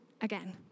again